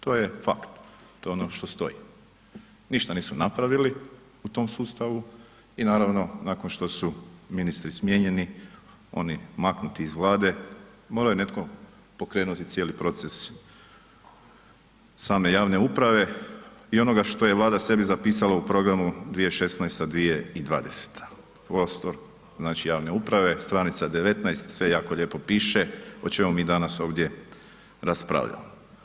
To je fakt, to je ono što stoji, ništa nisu napravili u tom sustavu i naravno nakon što su ministri smijenjeni, oni maknuti iz Vlade, morao je netko pokrenuti cijeli proces same javne uprave i onoga što je Vlada sebi zapisala u programu 2016.-2020., prostor znači javne uprave, str. 19. sve jako lijepo piše, o čemu mi danas ovdje raspravljamo.